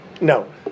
no